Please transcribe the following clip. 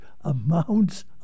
amounts